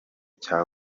cya